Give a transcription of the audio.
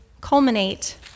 culminate